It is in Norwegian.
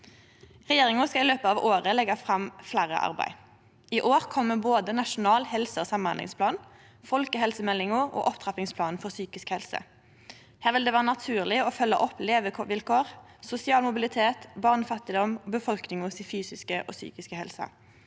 Regjeringa skal i løpet av året leggje fram fleire arbeid. I år kjem både den nasjonale helse- og samhandlingsplanen, folkehelsemeldinga og opptrappingsplanen for psykisk helse. Her vil det vere naturleg å følgje opp levevilkår, sosial mobilitet, barnefattigdom og den fysiske og psykiske helsa